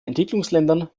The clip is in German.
entwicklungsländern